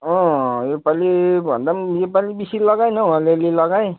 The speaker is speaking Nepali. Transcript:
अँ यो पालि भन्दा पनि यो पालि बेसी लगाइनँ हौ अलिअलि लगाएँ